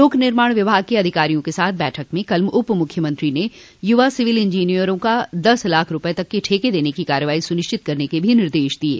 लोक निर्माण विभाग के अधिकारियों के साथ बैठक में कल उपमुख्यमंत्री ने युवा सिविल इंजीनियरों का दस लाख रूपये तक के ठेके देने की कार्रवाई सुनिश्चित करने के भी निर्देश दिये